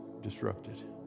disrupted